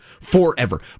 Forever